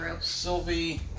Sylvie